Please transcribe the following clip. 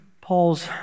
Paul's